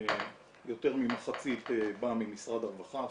יותר ממחצית בא ממשרד הרווחה,